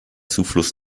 zufluss